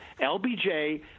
lbj